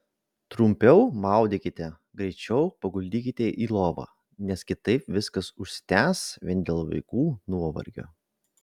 trumpiau maudykite greičiau paguldykite į lovą nes kitaip viskas užsitęs vien dėl vaikų nuovargio